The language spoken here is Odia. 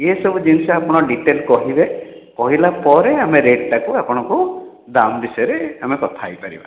ଏ ସବୁ ଜିନିଷ ଆପଣ ଡିଟେଲ୍ କହିବେ କହିଲା ପରେ ଆମେ ରେଟ୍ ଟା ଆପଣଙ୍କୁ ଦାମ୍ ବିଷୟରେ ଆମେ କଥା ହୋଇପାରିବା